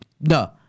No